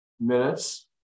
minutes